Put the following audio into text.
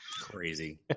Crazy